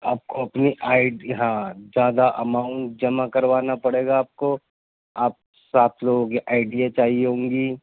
آپ کو اپنی آئی ڈی ہاں زیادہ اماؤنٹ جمع کروانا پڑے گا آپ کو آپ سات لوگوں کی آئیڈیاں چاہیے ہوں گی